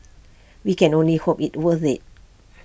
we can only hope it's worth IT